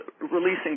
releasing